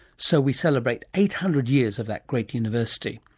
so we celebrate eight hundred years of that great university.